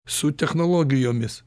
su technologijomis